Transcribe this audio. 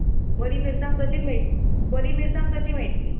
बरी मिरसांग तशीच मेळट बरी मिरसांग तशी मेळटली